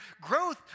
growth